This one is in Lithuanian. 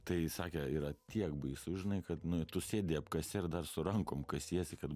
tai sakė yra tiek baisu žinai kad tu sėdi apkase ir dar su rankom kasiesi kad